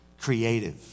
creative